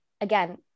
again